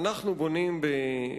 אנחנו בונים במזרח-ירושלים,